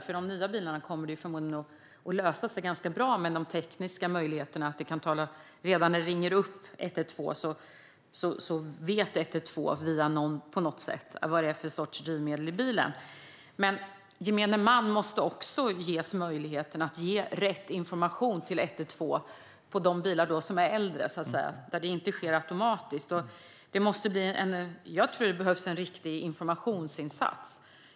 För nya bilar kommer det förmodligen att lösa sig ganska bra med de tekniska möjligheter vi ser, alltså att man på 112 redan när någon ringer dit på något sätt känner till vad det är för sorts drivmedel i bilen. Men gemene man måste också ges möjlighet att ge rätt information till 112 när det gäller bilar som är äldre och där informationen inte överförs automatiskt. Jag tror att det behövs en riktig informationsinsats.